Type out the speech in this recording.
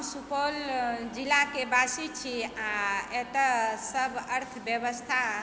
हम सुपौल जिलाके वासी छी आ एतय सभ अर्थव्यवस्था